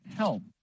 help